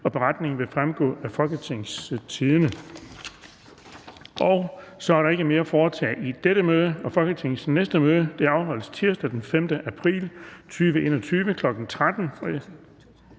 15) Beretningen vil fremgå af folketingstidende.dk. Så er der ikke mere at foretage i dette møde. Folketingets næste møde afholdes tirsdag den 5. april 2022, kl. 13.00.